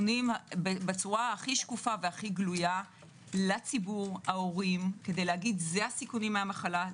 בצורה הכי שקופה וגלויה לציבור ההורים כדי לומר: זה הסיכונים מהמחלה,